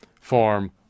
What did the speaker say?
Form